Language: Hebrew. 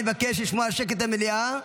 אני מבקש לשמור על שקט במליאה.